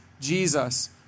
Jesus